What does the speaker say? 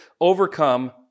overcome